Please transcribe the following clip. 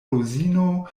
rozino